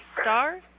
star